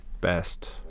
best